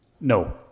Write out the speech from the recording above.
no